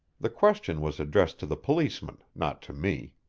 the question was addressed to the policeman, not to me.